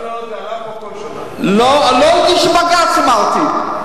לא הגישו בג"ץ, אמרתי.